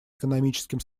экономическим